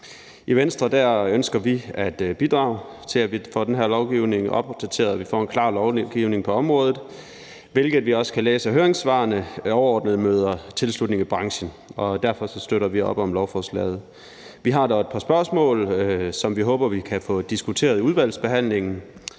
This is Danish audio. I Venstre ønsker vi at bidrage til, at vi får den her lovgivning opdateret og får en klar lovgivning på området, hvilket vi også kan læse af høringssvarene overordnet møder tilslutning i branchen. Derfor støtter vi op om lovforslaget. Vi har dog et par spørgsmål, som vi håber vi kan få diskuteret i udvalgsbehandlingen.